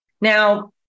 Now